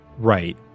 Right